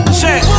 check